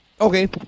okay